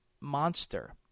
monster